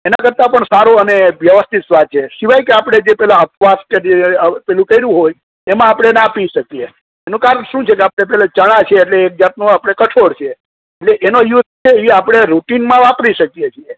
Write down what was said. એના કરતા પણ સારો અને વ્યવસ્થિત સ્વાદ છે સિવાય કે આપણે જે પેલા ઉપવાસ કે જે પેલું કર્યું હોય તેમા આપણે ના પી શકીએ એનું કારણ શું છે કે આપણે પેલા ચણા છે એટલે એક જાતનો આપણે કઠોળ છે એટલે એનો યુસ છે એ આપણે રૂટિનમાં વાપરી શકીએ છીએ